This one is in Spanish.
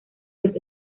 los